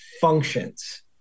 functions